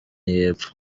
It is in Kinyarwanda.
y’epfo